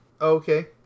Okay